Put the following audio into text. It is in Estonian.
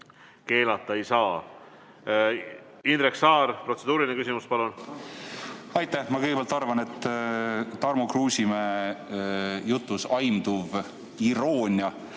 keelata ei saa. Indrek Saar, protseduuriline küsimus, palun! Aitäh! Ma kõigepealt arvan, et Tarmo Kruusimäe jutus aimduv iroonia